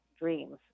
dreams